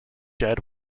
dead